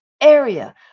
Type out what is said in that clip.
area